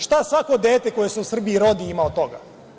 Šta svako dete koje se u Srbiji rodi ima od toga?